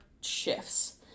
shifts